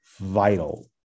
vital